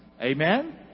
Amen